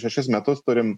šešis metus turim